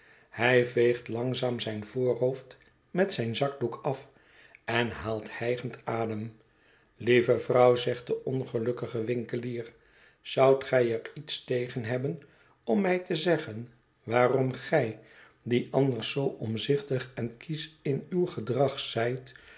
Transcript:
hij veegt langzaam zijn voorhoofd met zijn zakdoek af en haalt hijgend adem lieve vrouw zegt de ongelukkige winkelier zoudt gij er iets tegen hebben om mij te zeggen waarom gij die anders zoo omzichtig en kiesch in uw gedrag zijt